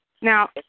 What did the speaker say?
now